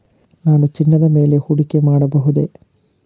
ನಾವು ಚಿನ್ನದ ಮೇಲೆ ಹೂಡಿಕೆ ಮಾಡಬಹುದೇ?